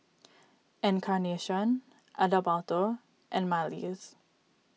Encarnacion Adalberto and Marlys